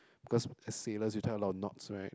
cause as sailors you tie a lot of knots right